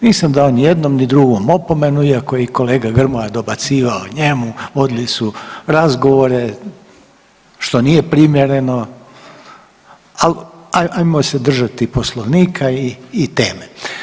Nisam dao ni jednom ni drugom opomenu iako je i kolega Grmoja dobacivao njemu, vodili su razgovore, što nije primjereno, al ajmo se držati Poslovnika i teme.